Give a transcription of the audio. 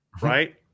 Right